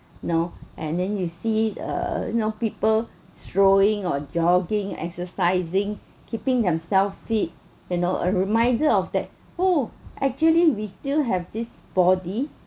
you know and then you see uh you know people throwing or jogging exercising keeping themselves fit you know a reminder of that oh actually we still have this body